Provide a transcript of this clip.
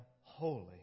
holy